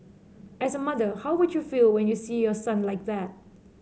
as a mother how would you feel when you see your son like that